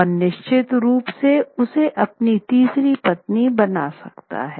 और निश्चित रूप से उसे अपनी तीसरी पत्नी बना सकता है